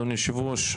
אדוני היושב ראש,